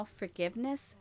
forgiveness